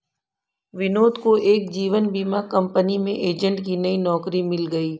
विनोद को एक जीवन बीमा कंपनी में एजेंट की नई नौकरी मिल गयी